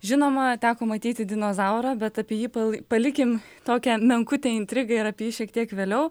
žinoma teko matyti dinozaurą bet apie jį pali palikim tokią menkutę intrigą ir apie jį šiek tiek vėliau